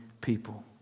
people